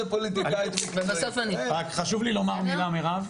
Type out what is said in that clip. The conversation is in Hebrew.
רק חשוב לי לומר מילה מירב,